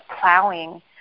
plowing